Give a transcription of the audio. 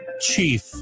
Chief